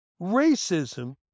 Racism